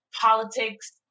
politics